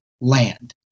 land